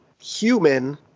human